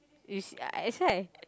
you s~ ah that's why